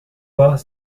pas